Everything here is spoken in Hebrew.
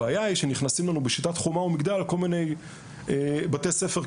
הבעיה היא שנכנסים לנו בשיטת חומה ומגדל כל מיני בתי ספר,